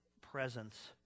presence